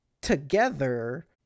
together